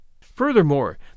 Furthermore